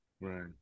Right